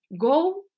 go